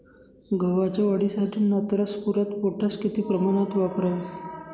गव्हाच्या वाढीसाठी नत्र, स्फुरद, पोटॅश किती प्रमाणात वापरावे?